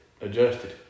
adjusted